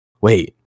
Wait